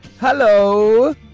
Hello